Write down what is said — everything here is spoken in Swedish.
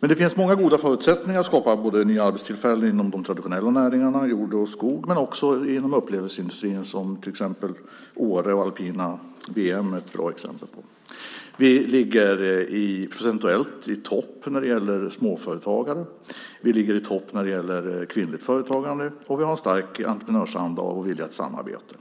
Men det finns många goda förutsättningar för att skapa nya arbetstillfällen inom de traditionella näringarna jord och skog men också inom upplevelseindustrin. Ett bra exempel är Åre och alpina VM. Vi ligger procentuellt i topp när det gäller småföretagande, vi ligger i topp när det gäller kvinnligt företagande, och vi har en stark entreprenörsanda och vilja att samarbeta.